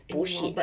bullshit